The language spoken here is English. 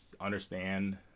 understand